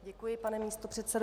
Děkuji, pane místopředsedo.